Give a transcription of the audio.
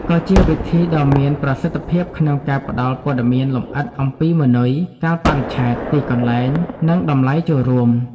ក៏ជាវិធីដ៏មានប្រសិទ្ធភាពក្នុងការផ្តល់ព័ត៌មានលម្អិតអំពីម៉ឺនុយ កាលបរិច្ឆេទ ទីកន្លែង និងតម្លៃចូលរួម។